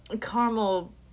caramel